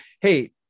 Hey